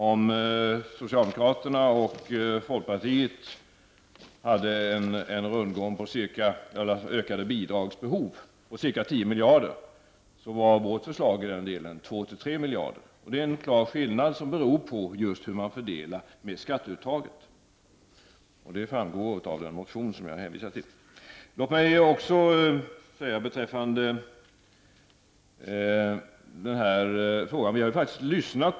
Om socialdemokraterna och folkpartiet hade ökade bidragsbehov på ca tio miljarder, innebar vårt förslag två till tre miljarder. Det är en klar skillnad, som just beror på hur man fördelar skatteuttaget. Det framgår av den motion som jag har hänvisat till.